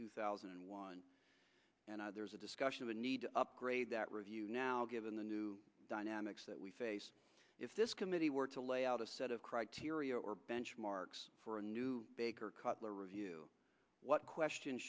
two thousand and one and there is a discussion of the need to upgrade that review now given the new dynamics that we face if this committee were to lay out a set of criteria or benchmarks for a new baker cutler review what question